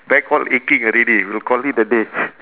back all aching already we will call it a day